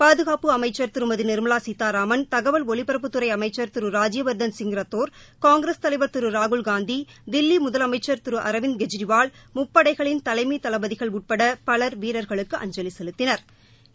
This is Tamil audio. பாதுகாப்பு அமைச்சர் திருமதி நிர்மவா சீதாராமன் தகவல் ஒலிபரப்புத்துறை அமைச்சர் திரு ராஜ்ய வர்தன் சிங் ரத்தோர் காங்கிரஸ் தலைவர் திரு ராகுல்காந்தி தில்லி முதலமைச்ச் திரு அரவிந்த் கெஜ்ரிவால் முப்படைகளின் தலைமை தளபதிகள் உட்பட பவள் வீரர்களுக்கு அஞ்சலி செலுத்தினா்